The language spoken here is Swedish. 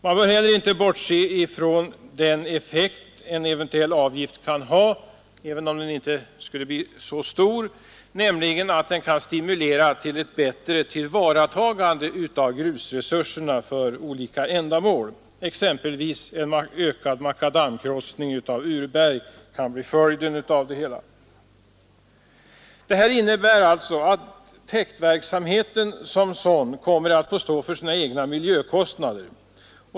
Man bör heller inte bortse från den effekt, även om den inte skulle bli så stor, som en eventuell avgift kan ha för att stimulera till ett bättre tillvaratagande av grusresurserna för olika ändamål. T. ex. ökad makadamkrossning av urberg kan bli följden. Avgiftssystemet innebär alltså att täktverksamheten som sådan kom mer att få stå för sina egna miljökostnader.